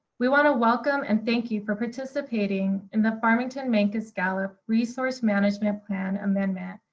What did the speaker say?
we want to welcome and thank you for participating in the farmington mancos-gallup resource management plan amendment,